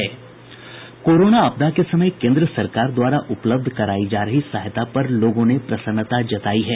corona आपदा के समय केन्द्र सरकार द्वारा उपलब्ध करायी जा रही सहायता पर लोगों ने प्रसन्नता जतायी है